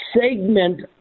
segment